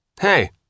Hey